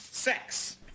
Sex